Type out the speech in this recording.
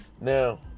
Now